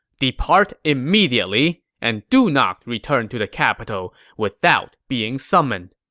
depart immediately, and do not return to the capital without being summoned.